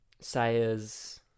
Sayers